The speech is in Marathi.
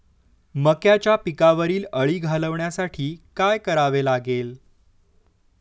मक्याच्या पिकावरील अळी घालवण्यासाठी काय करावे लागेल?